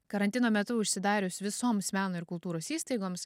karantino metu užsidarius visoms meno ir kultūros įstaigoms